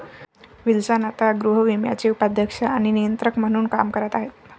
Wilson आता गृहविम्याचे उपाध्यक्ष आणि नियंत्रक म्हणून काम करत आहेत